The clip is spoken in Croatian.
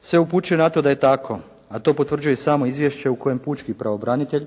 Sve upućuje na to da je tako, a to potvrđuje i samo izvješće u kojem pučki pravobranitelj